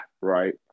right